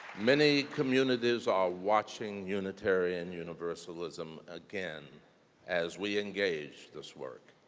many communities are watching unitarian universalism again as we engage this work.